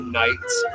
night's